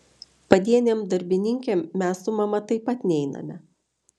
padienėm darbininkėm mes su mama taip pat neiname